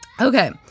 okay